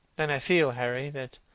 then i feel, harry, that